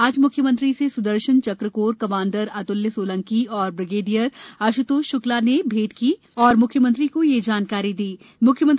आज मुख्यमंत्री से सुदर्शन चक्र कोर कमांडर अत्ल्य सोलंकी और ब्रिगेडियर आशुतोष शुक्ला ने भेट में यह जानकारी दी